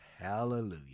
Hallelujah